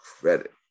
credit